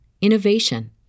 innovation